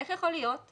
איך את מסבירה את זה?